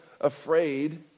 afraid